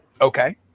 Okay